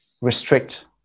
restrict